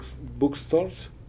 bookstores